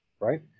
right